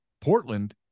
Portland